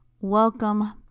welcome